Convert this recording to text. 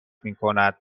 میکند